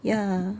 ya